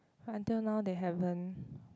until now they haven't